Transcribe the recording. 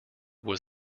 was